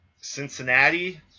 Cincinnati